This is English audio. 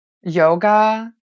yoga